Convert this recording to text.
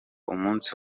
umunsi